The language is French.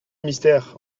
mystère